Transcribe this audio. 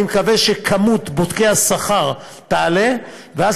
אני מקווה שמספר בודקי השכר יעלה ואז